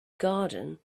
garden